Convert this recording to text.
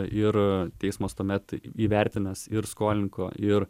ir teismas tuomet įvertięs ir skolininko ir